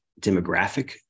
demographic